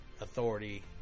authority